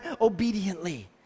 obediently